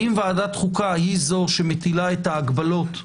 אם ועדת חוקה היא זו שמטילה את ההגבלות הנדרשות,